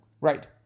Right